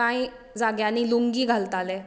कांय जाग्यांनी लुंगी घालताले